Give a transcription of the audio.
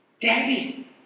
Daddy